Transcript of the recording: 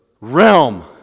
realm